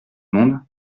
monde